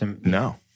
No